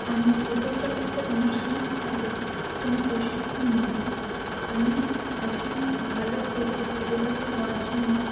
আমি ফোটোগ্রাফিতে আনুষ্ঠানিকভাবে কোনো প্রশিক্ষণ নিইনি আমি একজন ভালো ফোটো ফোটোগ্রাফার হওয়ার জন্য